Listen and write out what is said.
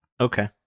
Okay